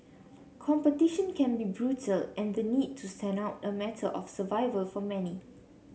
competition can be brutal and the need to stand out a matter of survival for many